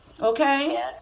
Okay